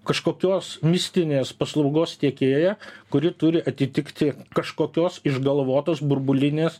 kažkokios mistinės paslaugos tiekėją kuri turi atitikti kažkokios išgalvotos burbulinės